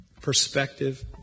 perspective